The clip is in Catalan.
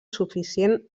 suficient